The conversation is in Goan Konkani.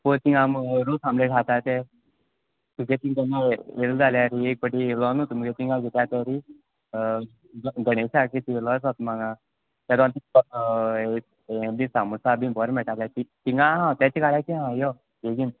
पो थिंगां रोस आम्लेट हाता तें तुगे येयल जाल्यारूं एक पाटीं येयलो न्हू तुमगे थिंगां गणेसा चोयलो आसात म्हाका हें बी सामोसा बीन बोरे मेटाल्हे तीक थिंगां हा तेच घाराची हा यो बेगीन